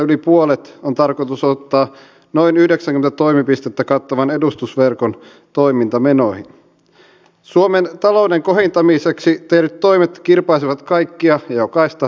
saataisiinko näitä te keskuksien linjauksia yhtenäistettyä ja mieluiten niin että yt neuvottelujen aikana kunta voi palkkatuella työllistää näille työpajoille työttömiä